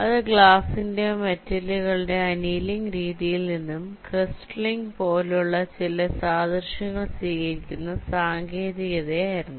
അത് ഗ്ലാസ്സിന്റെയോ മെറ്റലുകളുടെയോ അനീലിങ് രീതിയിൽ നിന്നും ക്രിസ്റ്റലിസിങ് പോലുള്ള ചില സാദൃശ്യങ്ങൾ സ്വീകരിക്കുന്ന സാങ്കേതികത ആയിരുന്നു